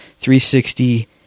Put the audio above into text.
360